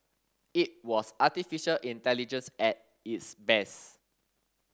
it was artificial intelligence at its best